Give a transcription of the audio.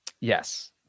Yes